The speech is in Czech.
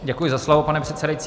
Děkuji za slovo, pane předsedající.